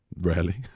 rarely